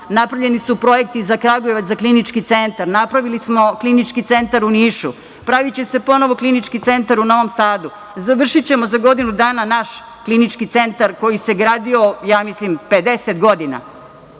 Napravljeni su projekti za Kragujevac, za klinički centar. Napravili smo Klinički centar u Nišu. Praviće se ponovo klinički centar u Novom Sadu. Završićemo za godinu dana naš Klinički centar koji se gradio, ja mislim, 50 godina. Samo